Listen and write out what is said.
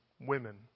women